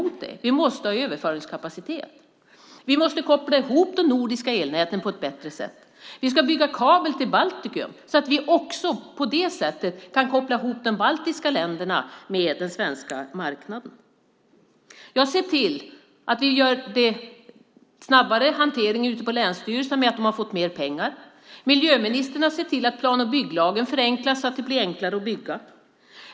Vi måste ha överföringskapacitet. Vi måste koppla ihop de nordiska elnäten på ett bättre sätt. Vi ska bygga kabel till Baltikum så att vi också på det sättet kan koppla ihop de baltiska länderna med den svenska marknaden. Jag ser till att hanteringen ute på länsstyrelserna blir snabbare, i och med att de har fått mer pengar. Miljöministern har sett till att plan och bygglagen förenklas så att det blir enklare att bygga.